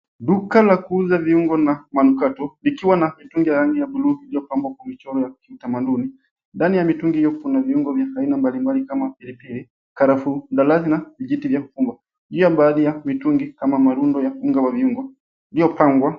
Duka la kuuza viungo na manukato, vikiwa na mitungi ya rangi ya bluu iliyopambwa kwa michoro ya kitamaduni. Ndani ya mitungi hiyo kuna viungo vya aina mbalimbali kama pilipili, karafuu, mdalasi na vijiti vya unga. Pia baadhi ya mitungi, ama marundo ya unga wa viungo ulio pangwa.